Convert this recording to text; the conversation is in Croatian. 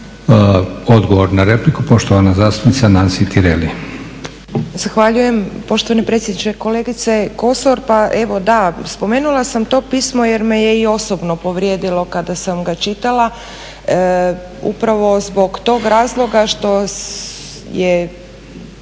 Odgovor na repliku poštovana zastupnica Nansi Tireli.